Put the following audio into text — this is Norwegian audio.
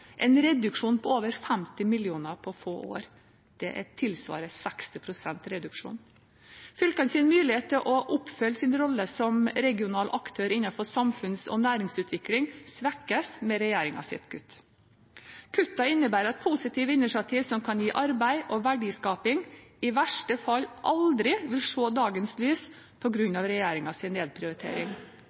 en reduksjon på over 50 mill. kr på få år – det tilsvarer en reduksjon på nesten 60 pst. Fylkenes mulighet til å oppfylle sin rolle som regional aktør innenfor samfunns- og næringsutvikling svekkes med regjeringens kutt. Kuttene innebærer at positive initiativ som kan gi arbeid og verdiskaping, i verste fall aldri vil se dagens lys, på grunn av regjeringens nedprioritering.